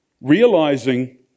Realizing